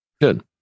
Good